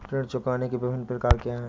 ऋण चुकाने के विभिन्न प्रकार क्या हैं?